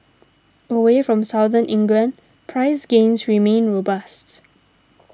away from Southern England price gains remain robust